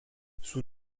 sous